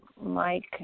Mike